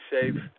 safe